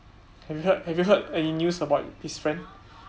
have you heard have you heard any news about this friend